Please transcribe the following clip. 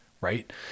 Right